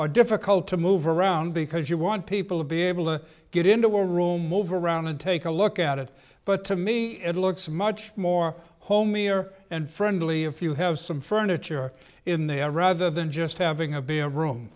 or difficult to move around because you want people to be able to get into the room move around and take a look at it but to me it looks much more homey or and friendly if you have some furniture in there rather than just having a be a room